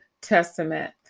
Testament